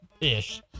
Ish